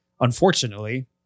unfortunately